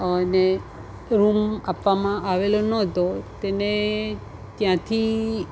અને રૂમ આપવામાં આવેલો ન હતો તેને ત્યાંથી